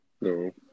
No